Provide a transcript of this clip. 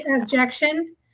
objection